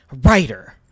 writer